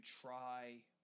try